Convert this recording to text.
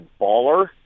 baller